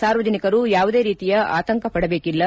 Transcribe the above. ಸಾರ್ವಜನಿಕರು ಯಾವುದೇ ರೀತಿಯ ಆತಂಕಪಡಬೇಕಿಲ್ಲ